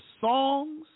songs